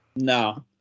No